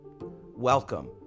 welcome